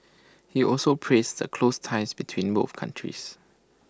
he also praised the close ties between both countries